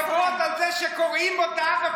ארגוני הנשים מדברים על זה שקורעים מודעה,